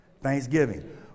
Thanksgiving